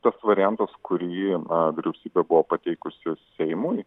tas variantas kurį na vyriausybė buvo pateikusi seimui